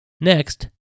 Next